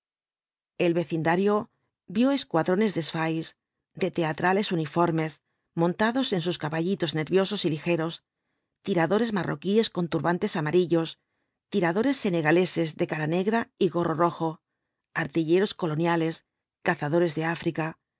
el vecindario vio escuadrones de sphais de teatrales uniformes montados en sus caballitos nerviosos y ligeros tiradores marroquíes con turbantes amarillos tiradores senegaleses de cara negra y gorro rojo artilleros coloniales cazadores de áfrica